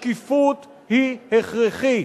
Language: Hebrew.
השקיפות היא הכרחית.